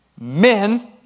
Men